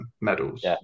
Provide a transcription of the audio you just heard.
medals